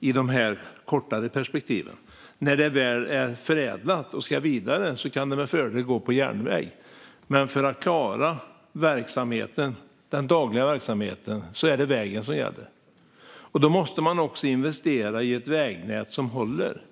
i de här kortare perspektiven. När det väl är förädlat och ska vidare kan det med fördel gå på järnväg, men för att klara den dagliga verksamheten är det vägen som gäller. Då måste man också investera i ett vägnät som håller.